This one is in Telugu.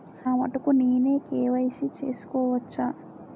నా మటుకు నేనే కే.వై.సీ చేసుకోవచ్చా?